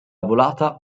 volata